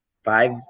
Five